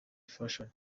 fashion